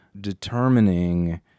determining